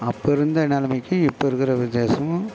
அப்போ இருந்த நிலைமைக்கும் இப்போ இருக்கிற வித்தியாசம்